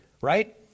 right